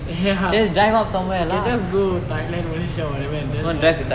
ya we can just go thailand malaysia or whatever and just drive